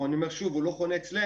אני אומר שוב, הוא לא חונה אצלנו